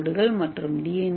ஏ ஓடுகள் மற்றும் டி